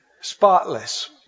Spotless